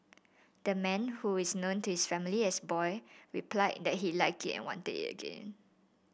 the man who is known to his family as boy replied that he liked it and wanted it again